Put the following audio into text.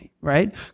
right